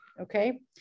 Okay